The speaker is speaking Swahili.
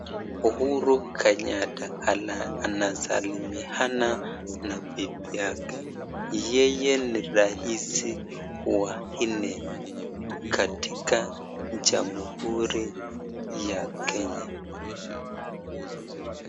Uhuru Kenyatta anasalimiana na bibi yake. Yeye ni rais wa nne katika Jamhuri ya Kenya.